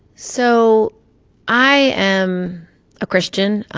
so i am a christian.